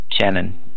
Shannon